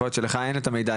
יכול להיות שלך אין המידע.